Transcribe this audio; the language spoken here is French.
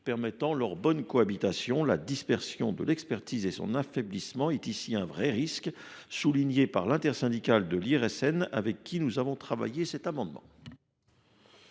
permettant une bonne cohabitation. La dispersion de l’expertise et son affaiblissement constituent un véritable risque, souligné par l’intersyndicale de l’IRSN, avec laquelle nous avons travaillé cet amendement.